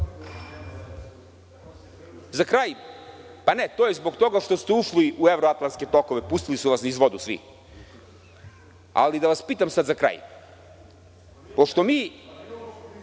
To niste čuli? To je zbog toga što ste ušli u evroatlantske tokove, pustili su vas niz vodu svi. Ali, da vas pitam sad za kraj, pošto mi